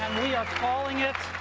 and we are calling it